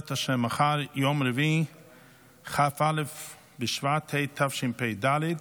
יום רביעי כ"א בשבט התשפ"ד,